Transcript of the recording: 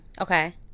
Okay